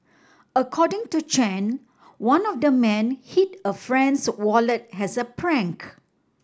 according to Chen one of the men hid a friend's wallet as a prank